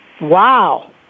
Wow